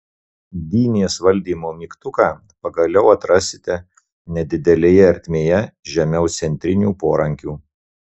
dynės valdymo mygtuką pagaliau atrasite nedidelėje ertmėje žemiau centrinių porankių